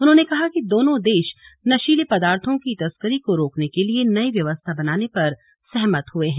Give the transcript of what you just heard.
उन्होंने कहा कि दोनों देश नशीले पदार्थों की तस्केरी को रोकने के लिए नई व्यवस्था बनाने पर सहमत हुए हैं